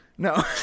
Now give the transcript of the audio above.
No